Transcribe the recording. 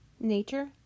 Nature